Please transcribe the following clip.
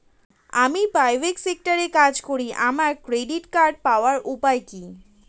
আমি প্রাইভেট সেক্টরে কাজ করি আমার ক্রেডিট কার্ড পাওয়ার উপায় কি?